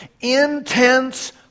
intense